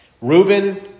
Reuben